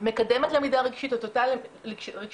מקדמת למידה רגשית חברתית,